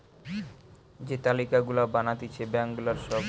যে তালিকা গুলা বানাতিছে ব্যাঙ্ক গুলার সব